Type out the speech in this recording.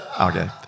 Okay